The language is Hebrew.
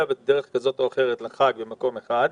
בדרך כזו או אחרת לחגוג את החג במקום אחד.